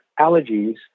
allergies